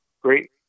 great